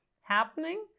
happening